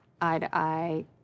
eye-to-eye